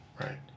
right